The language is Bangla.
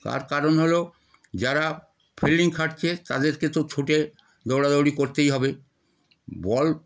তার কারণ হলো যারা ফিল্ডিং খাটছে তাদেরকে তো ছুটে দৌড়াদৌড়ি করতেই হবে বল